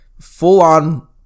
full-on